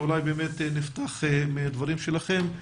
אולי נפתח עם דברים שלכם.